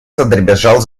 задребезжал